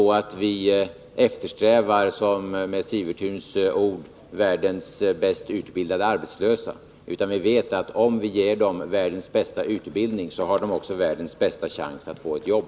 Vi eftersträvar inte — med Ulf Sivertuns ord — världens bäst utbildade arbetslösa, utan vi vet att om vi ger våra ungdomar världens bästa utbildning så har de också världens bästa chans att få ett jobb.